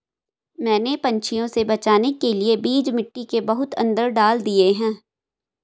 मैंने पंछियों से बचाने के लिए बीज मिट्टी के बहुत अंदर डाल दिए हैं